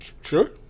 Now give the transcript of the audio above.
Sure